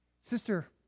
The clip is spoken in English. Sister